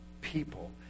people